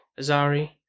Azari